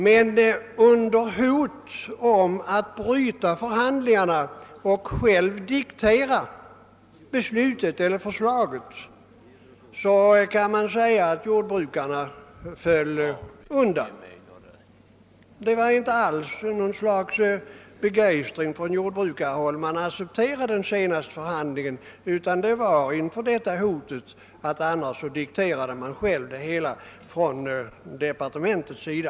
Men inför ett hot att statsmakterna annars skulle bryta förhandlingarna och själva diktera förslaget föll jordbrukarna undan. Det var inte alls med någon begeistring som man från jordbrukshåll accepterade det senaste förhandlingsresultatet, utan det var inför hotet att regeringen annars skulle diktera det hela.